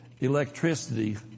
electricity